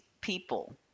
people